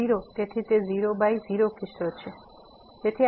x → 0 તેથી તે 0 by 0 કિસ્સો છે